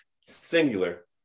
singular